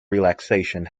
relaxation